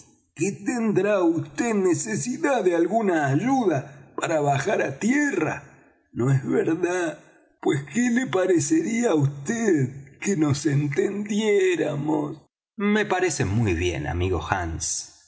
que tendrá vd necesidad de alguna ayuda para bajar á tierra no es verdad pues qué le parecería á vd que nos entendiéramos me parece muy bien amigo hands con